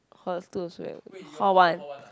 hall two also very hall one